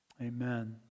amen